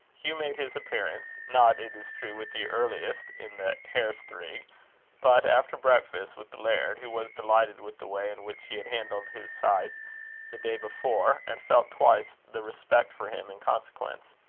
hugh made his appearance not, it is true, with the earliest in the hairst-rig, but after breakfast with the laird, who was delighted with the way in which he had handled his scythe the day before, and felt twice the respect for him in consequence.